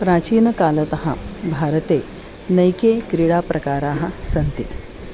प्राचीनकालतः भारते नैके क्रीडाप्रकाराः सन्ति